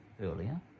earlier